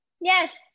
Yes